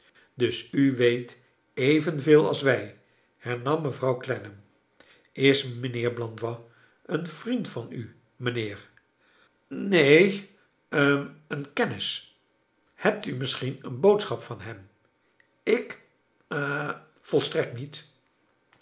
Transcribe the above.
dus u weet evenveel als wij hernam mevrouw clennam is mijnheer blandois een vriend van u mijnheer v neen lim een kennis hebt u misschien een boodschap van hem ik ha volstrekt niet